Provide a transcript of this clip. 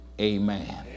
Amen